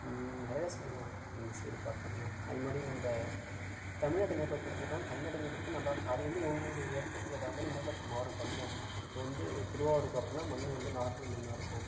நிறையா சொல்லலாம் இந்த சைடு பார்த்தோம்னா அது மாதிரி நம்ம தமிழ்நாட்டு நிலப்பரப்பை எடுத்துக்கிட்டாலும் தமிழ்நாட்டு நிலப்பரப்பும் நல்லாயிருக்கும் அது வந்து ஒவ்வொரு இடத்துக்கு ஏற்றா மாதிரி நிலப்பரப்பு மாறும் தமிழ்நாட்டில் இப்போ வந்து திருவாரூர் பார்த்தோம்னா மண் வந்து நார்மல் மண்ணாக இருக்கும்